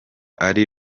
ari